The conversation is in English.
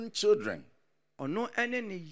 children